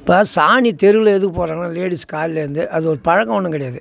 இப்போ சாணி தெருவில் எதுக்கு போடுறாங்கன்னா லேடீஸ் காலில் எழுந்து அது ஒரு பழக்கம் ஒன்னும் கிடையாது